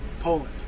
Poland